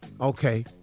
Okay